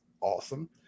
awesome